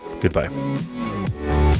Goodbye